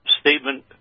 statement